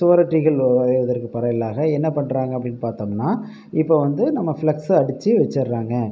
சுவரொட்டிகள் ஒ வரைவதற்கு பரேல்லாக என்ன பண்ணுறாங்க அப்படின்னு பார்த்தோம்னா இப்போது வந்து நம்ம ஃப்ளெக்ஸை அடிச்சு வச்சுடறாங்க